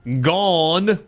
gone